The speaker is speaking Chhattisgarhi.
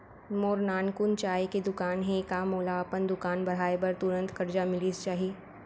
मोर नानकुन चाय के दुकान हे का मोला अपन दुकान बढ़ाये बर तुरंत करजा मिलिस जाही?